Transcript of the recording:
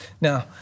Now